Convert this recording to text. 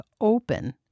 open